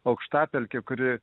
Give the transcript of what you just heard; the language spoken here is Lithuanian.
aukštapelkė kuri